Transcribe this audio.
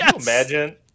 Imagine